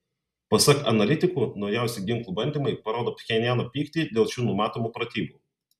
pasak analitikų naujausi ginklų bandymai parodo pchenjano pyktį dėl šių numatomų pratybų